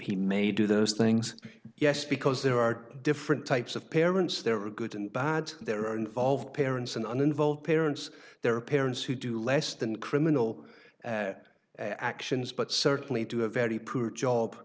he may do those things yes because there are different types of parents there are good and bad there are involved parents and an involved parents there are parents who do less than criminal actions but certainly to a very poor job